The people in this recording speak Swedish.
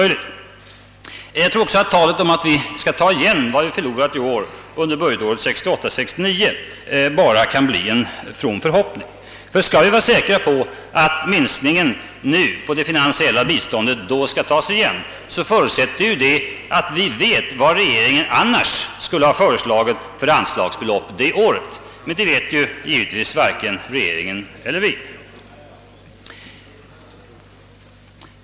Jag tror också att talet om att vi budgetåret 1968/69 skall ta igen vad vi förlorat i år bara kan bli en from förhoppning; skall vi vara säkra på att den minskning som nu sker av dét finansiella biståndet skall tas igen då, så förutsätter det att vi vet vilket anslagsbelopp regeringen i annåt fall skulle ha föreslagit det året. Men det vet givetvis varken regeringen eller vi.